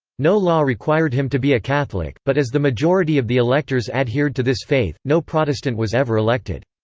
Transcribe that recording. no law required him to be a catholic, but as the majority of the electors adhered to this faith, no protestant was ever elected.